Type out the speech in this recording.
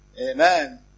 Amen